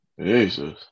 Jesus